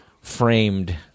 framed